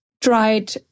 dried